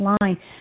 line